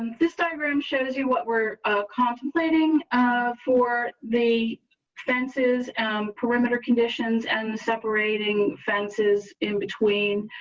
um this diagram shows you what we're contemplating for the fences and perimeter conditions and separating fences in between.